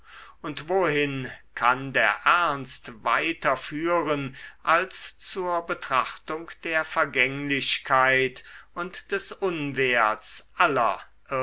und wohin kann der ernst weiter führen als zur betrachtung der vergänglichkeit und des unwerts aller